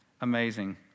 amazing